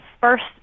first